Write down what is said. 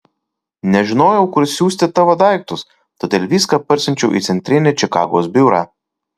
nežinojau kur siųsti tavo daiktus todėl viską pasiunčiau į centrinį čikagos biurą